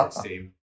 team